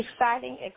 Exciting